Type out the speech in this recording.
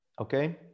Okay